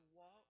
Walk